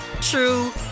true